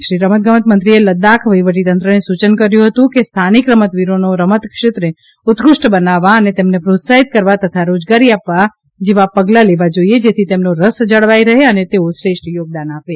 શ્રી રમતગમત મંત્રીએ લદ્દાખ વહીવટીતંત્રને સૂચન કર્યું હતું કે સ્થાનિક રમતવીરોનો રમત ક્ષેત્રે ઉત્કૃષ્ટ બનાવવા અને તેમને પ્રોત્સાહિત કરવા તથા રોજગારી આપવા જેવા પગલાં લેવા જોઈએ જેથી તેમનો રસ જળવાઈ રહે અને તેઓ શ્રેષ્ઠ યોગદાન આપે